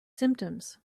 symptoms